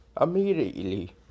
immediately